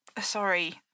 sorry